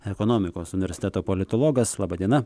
ekonomikos universiteto politologas laba diena